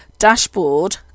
Dashboard